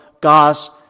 God's